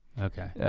okay. yeah